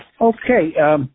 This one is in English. Okay